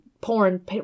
porn